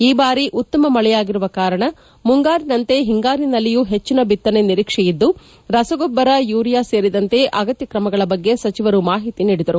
ಈ ಬಾರಿ ಉತ್ತಮ ಮಳೆಯಾಗಿರುವ ಕಾರಣ ಮುಂಗಾರಿನಂತೆ ಹಿಂಗಾರಿನಲ್ಲಿಯೂ ಹೆಚ್ಚಿನ ಬಿತ್ತನೆ ನಿರೀಕ್ಷೆ ಇದ್ದು ರಸಗೊಬ್ಬರ ಯೂರಿಯೂ ಸೇರಿದಂತೆ ಅಗತ್ಯ ಕ್ರಮಗಳ ಬಗ್ಗೆ ಸಚಿವರು ಮಾಹಿತಿ ಪಡೆದರು